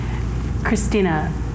Christina